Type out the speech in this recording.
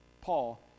Paul